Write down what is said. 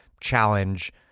challenge